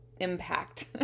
impact